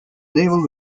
naval